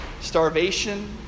starvation